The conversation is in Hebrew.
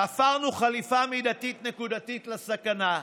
תפרנו חליפה מידתית נקודתית לסכנה,